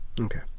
okay